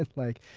like,